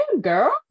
girl